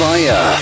Fire